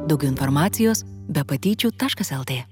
daugiau informacijos be patyčių taškas lt